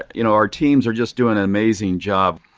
you know, our teams are just doing an amazing job.